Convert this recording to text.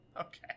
Okay